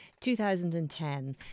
2010